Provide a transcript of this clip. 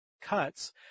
cuts